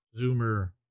Zoomer